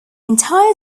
entire